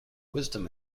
wisdom